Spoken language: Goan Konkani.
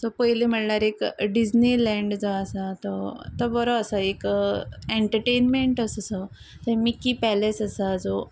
सो पयली म्हणल्यार एक डिजनी लँड जो आसा तो बरो आसा एक एंटरटेनमेंट असो थंय मिक्की पॅलेस आसा जो